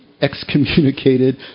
excommunicated